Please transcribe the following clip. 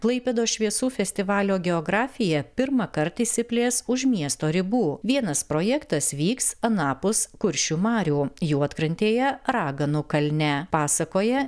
klaipėdos šviesų festivalio geografija pirmąkart išsiplės už miesto ribų vienas projektas vyks anapus kuršių marių juodkrantėje raganų kalne pasakoja